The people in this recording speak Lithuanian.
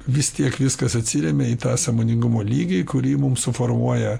vis tiek viskas atsiremia į tą sąmoningumo lygį kurį mum suformuoja